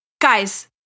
Guys